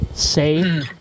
Say